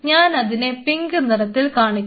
ഞാനതിനെ പിങ്ക് നിറത്തിൽ കാണിക്കുന്നു